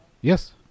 Yes